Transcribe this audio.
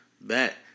bet